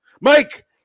Mike